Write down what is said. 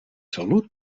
salut